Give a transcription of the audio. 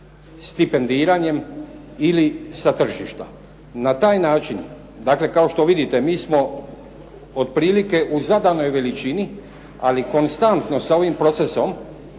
stipendiranjem ili sa tržišta. Na taj način, dakle kao što vidite mi smo otprilike u zadanoj veličini, ali konstantno sa ovim procesom